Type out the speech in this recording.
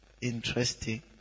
Interesting